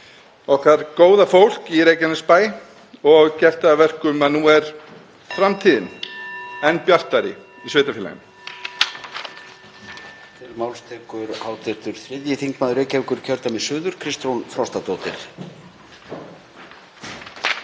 okkar góða fólk í Reykjanesbæ, og gert það að verkum að nú er framtíðin enn bjartari í sveitarfélaginu.